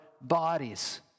bodies